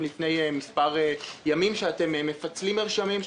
לפני מספר ימים על כך שאתם מפצלים מרשמים,